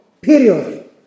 Period